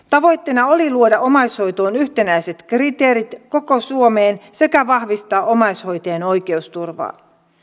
tavoitteena oli luoda omaishoitoon yhtenäiset kriteerit koko suomeen sekä vahvistaa omaishoitajien oikeusturvaa